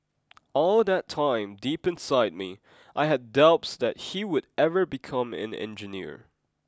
all that time deep inside me I had doubts that he would ever become an engineer